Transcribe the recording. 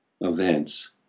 events